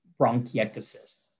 bronchiectasis